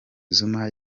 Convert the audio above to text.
zuma